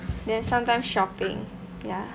then sometimes shopping ya